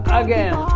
again